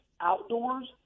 Outdoors